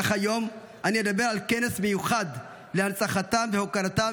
אך היום אני אדבר על כנס מיוחד להנצחתם והוקרתם